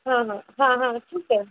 हाँ हाँ हाँ हाँ ठीक है